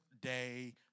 day